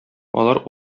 алар